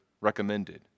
recommended